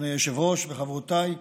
אדוני היושב-ראש וחברותיי,